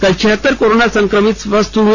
कल छिहत्तर कोरोना सकमित स्वस्थ हुए